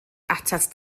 atat